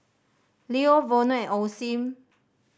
Leo Vono and Osim